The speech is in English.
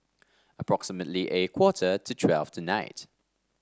approximately a quarter to twelve tonight